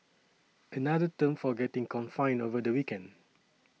another term for getting confined over the weekend